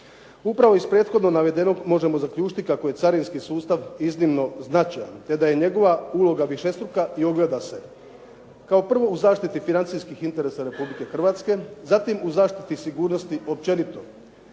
Upravo iz prethodno navedenog možemo zaključiti kako je carinski sustav iznimno značajan te da je njegova uloga višestruka i ugleda se kao prvo u zaštiti financijskih interesa Republike Hrvatske, zatim u zaštiti sigurnosti općenito